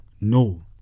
No